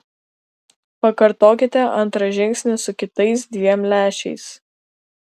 pakartokite antrą žingsnį su kitais dviem lęšiais